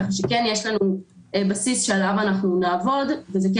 כך שכן יש לנו בסיס שעליו אנחנו נעבוד וזה כן